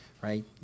right